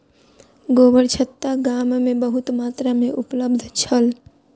गोबरछत्ता गाम में बहुत मात्रा में उपलब्ध छल